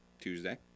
Tuesday